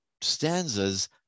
stanzas